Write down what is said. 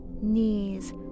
knees